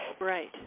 Right